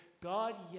God